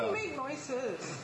don't make noises